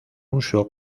uso